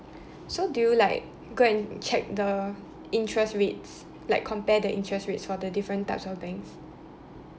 so do you like go and check the interest rates like compare the interest rates for the different types of banks